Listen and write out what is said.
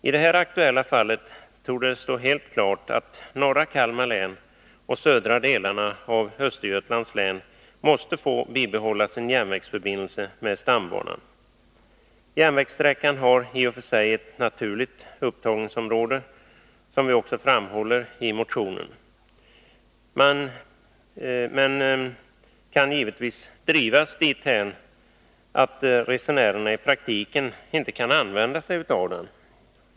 I det här aktuella fallet torde det stå helt klart att norra Kalmar län och södra delarna av Östergötlands län måste få bibehålla sin järnvägsförbindelse med stambanan. Järnvägssträckan har i och för sig ett naturligt upptagningsområde, som vi också framhåller i motionen, men kan givetvis drivas dithän att resenärerna i praktiken ej kan använda sig av den.